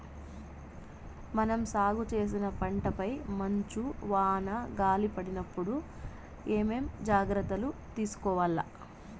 మనం సాగు చేసిన పంటపై మంచు, వాన, గాలి పడినప్పుడు ఏమేం జాగ్రత్తలు తీసుకోవల్ల?